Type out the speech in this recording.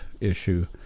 issue